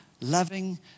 loving